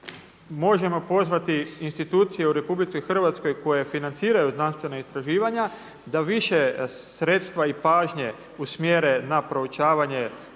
možemo pozvati institucije u RH koje financiraju znanstvena istraživanja da više sredstva i pažnje usmjere na proučavanje